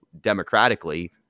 democratically